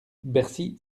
bercy